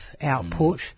output